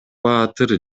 баатыр